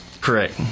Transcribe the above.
Correct